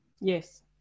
Yes